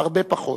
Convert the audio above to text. הרבה פחות,